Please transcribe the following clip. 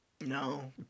No